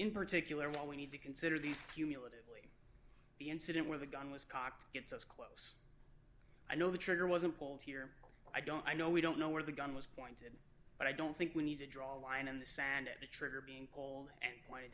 in particular what we need to consider these cumulatively the incident where the gun was cocked gets us close i know the trigger wasn't told here i don't i know we don't know where the gun was pointed but i don't think we need to draw a line in the sand at the trigger being polled and